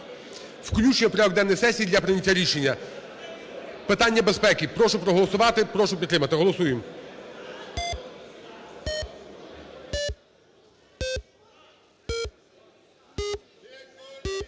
Включення в порядок денний сесії для прийняття рішення питання безпеки. Прошу проголосувати прошу підтримати. Голосуємо.